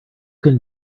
can